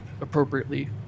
appropriately